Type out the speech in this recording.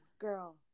girl